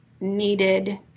needed